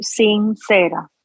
sincera